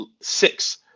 six